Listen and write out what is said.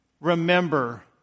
remember